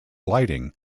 lighting